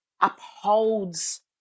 upholds